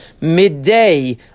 midday